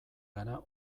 gara